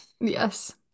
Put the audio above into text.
Yes